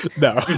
no